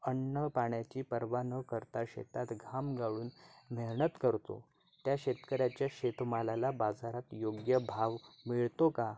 अन्नपाण्याची परवा न करता शेतात घाम गाळून मेहनत करतो त्या शेतकऱ्याच्या शेतमालाला बाजारात योग्य भाव मिळतो का